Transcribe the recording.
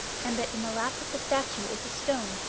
and that in the lap of the statue is a stone,